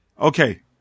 okay